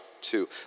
two